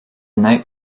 night